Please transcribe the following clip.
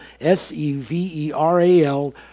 s-e-v-e-r-a-l